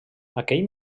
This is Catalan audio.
aquell